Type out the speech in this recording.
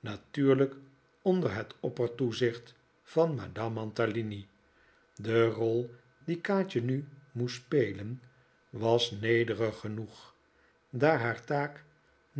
natuurlijk onder het oppertoezicht van madame mantalini de rol die kaatje nu moest spelen was nederig genoeg daar haar taak